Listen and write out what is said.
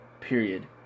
period